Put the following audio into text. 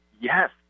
Yes